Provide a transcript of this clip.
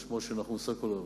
על שמו של נחום סוקולוב,